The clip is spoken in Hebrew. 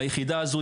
ליחידה הזו.